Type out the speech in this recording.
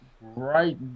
Right